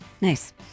Nice